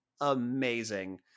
amazing